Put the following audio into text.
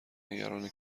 نگران